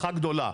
ובהצלחה גדולה.